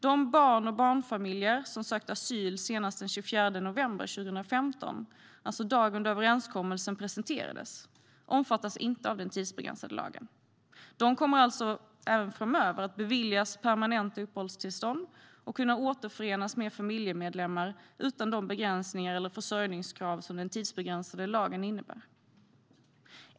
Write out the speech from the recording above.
De barn och barnfamiljer som sökt asyl senast den 24 november 2015, alltså dagen då överenskommelsen presenterades, omfattas inte av den tidsbegränsade lagen. De kommer alltså även framöver att beviljas permanenta uppehållstillstånd och kunna återförenas med familjemedlemmar utan de begränsningar eller försörjningskrav som den tidsbegränsade lagen innebär.